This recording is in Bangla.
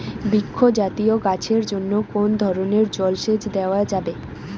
বৃক্ষ জাতীয় গাছের জন্য কোন ধরণের জল সেচ দেওয়া যাবে?